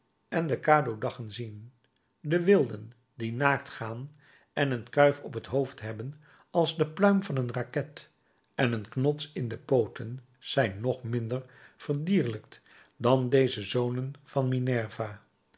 en de cadodachen zien de wilden die naakt gaan en een kuif op t hoofd hebben als de pluim van een raket en een knots in de pooten zijn nog minder verdierlijkt dan deze zonen van minerva